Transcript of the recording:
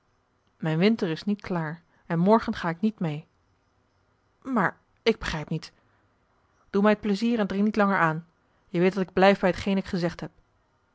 mijn winter is niet klaar en morgen ga ik niet mee maar ik begrijp niet doe mij t plezier en dring niet langer aan je weet dat ik blijf bij hetgeen ik gezegd heb